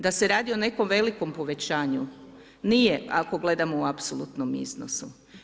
Da se radi o nekom velikom povećanju, nije ako gledamo u apsolutnom iznosu.